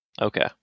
Okay